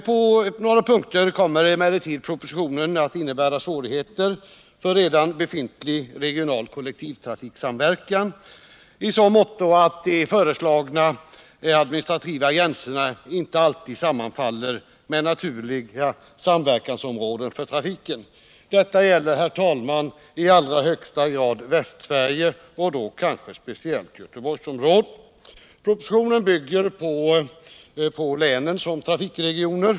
På några punkter kommer emellertid ett bifall till propositionen att medföra svårigheter för redan befintlig regional kollektiv trafiksamverkan, förbättra kollektiv nämligen i så måtto att de föreslagna administrativa gränserna inte alltid sammanfaller med naturliga samverkansområden för trafiken. Detta gäller, herr talman, i allra högsta grad Västsverige och då kanske speciellt Göteborgsområdet. Propositionen bygger på länen som trafikregioner.